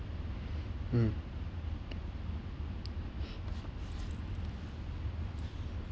mm